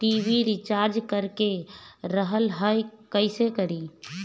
TV recharge करे के रहल ह कइसे करी?